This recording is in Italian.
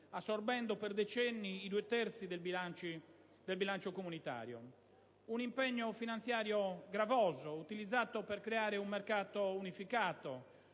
assorbendo per decenni i due terzi del bilancio comunitario: un impegno finanziario gravoso, utilizzato per creare un mercato unificato,